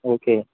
okay